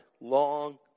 long